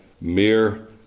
mere